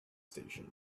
station